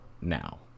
now